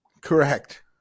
Correct